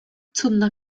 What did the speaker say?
cudna